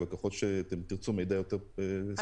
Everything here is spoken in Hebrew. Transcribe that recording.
אם תרצו מידע יותר ספציפי אני כמובן אבדוק את זה.